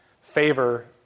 favor